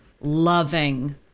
loving